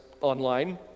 online